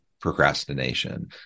procrastination